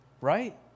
Right